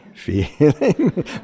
feeling